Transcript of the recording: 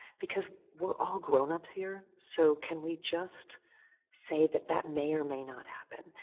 because we're all grownups here, so can we just say that that may or may not happen?